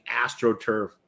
Astroturf